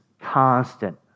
constant